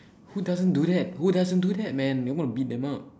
who doesn't do that who doesn't do that man I'm going to beat them up